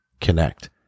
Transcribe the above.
connect